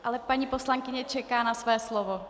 Ale paní poslankyně čeká na své slovo.